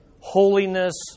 holiness